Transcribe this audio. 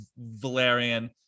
Valerian